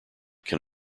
can